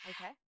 Okay